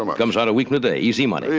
um comes out a week and a day, easy money.